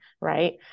right